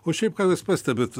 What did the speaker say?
o šiaip ką jūs pastebit